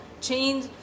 change